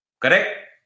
Correct